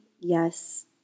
yes